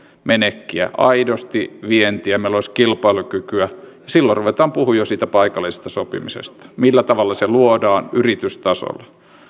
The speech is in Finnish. menekkiä aidosti vientiä meillä olisi kilpailukykyä silloin ruvetaan puhumaan jo siitä paikallisesta sopimisesta millä tavalla se luodaan yritystasolla